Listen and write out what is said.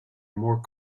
more